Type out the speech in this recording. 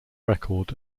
record